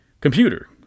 Computer